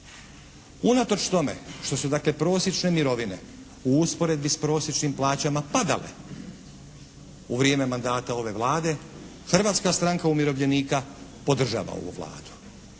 Unatoč tome što su što su dakle prosječne mirovine u usporedbi s prosječnim plaćama padale u vrijeme mandata ove Vlade Hrvatska stranka umirovljenika podržava ovu Vladu.